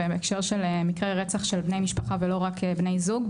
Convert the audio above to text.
בהקשר של מקרי רצח של בני משפחה ולא רק בני זוג,